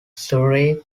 surrey